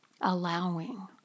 allowing